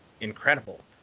incredible